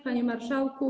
Panie Marszałku!